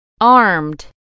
Armed